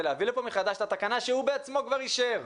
להביא לכאן מחדש את התקנה שהוא בעצמו כבר אישר,